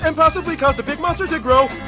and possibly caused a big monster to grow?